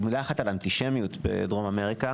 מילה אחת על אנטישמיות בדרום אמריקה